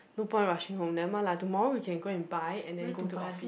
no point rushing home nevermind lah tomorrow we can go and buy and then go to office